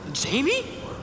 Jamie